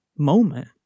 moment